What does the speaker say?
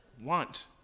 want